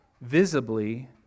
visibly